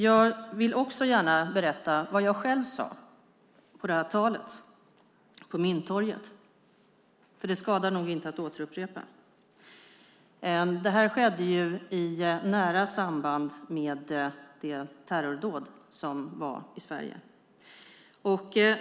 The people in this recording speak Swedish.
Jag vill också gärna berätta vad jag själv sade i talet på Mynttorget. Det skadar nog inte att återupprepa. Detta skedde i nära samband med det terrordåd som utfördes i Sverige.